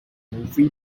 movie